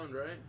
right